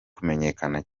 kumenyekana